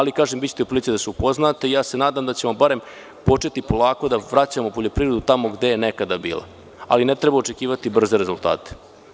Kažem, bićete u prilici da se upoznate i nadam se da ćemo početi polako da vraćamo poljoprivredu tamo gde je nekada bila, ali ne treba očekivati brze rezultate.